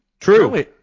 True